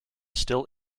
still